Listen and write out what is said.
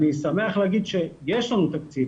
אני שמח להגיד שיש לנו תקציב,